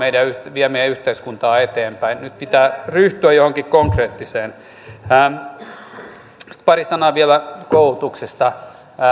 vie meidän yhteiskuntaamme eteenpäin nyt pitää ryhtyä johonkin konkreettiseen sitten pari sanaa vielä koulutuksesta